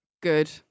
good